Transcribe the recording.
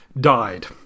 died